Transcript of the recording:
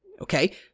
okay